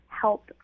help